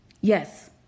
Yes